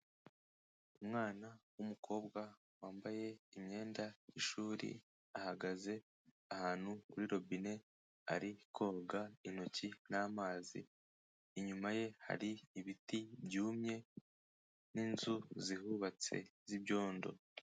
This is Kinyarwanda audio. Umwana w'umukobwa wambaye imyenda y'ishuri, ahagaze ahantu kuri robine, ari koga intoki n'amazi, inyuma ye hari ibiti byumye n'inzu zihubatse z'ibyondo.